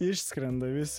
išskrenda vis